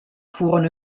furono